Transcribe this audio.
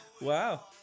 Wow